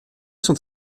sont